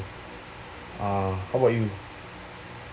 how about you